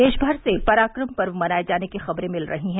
देश भर से पराक्रम पर्व मनाए जाने की खबरें मिल रही हैं